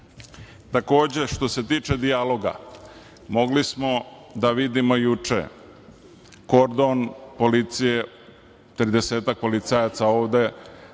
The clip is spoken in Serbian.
što se tiče dijaloga, mogli smo da vidimo juče kordon policije, tridesetak policajaca ovde,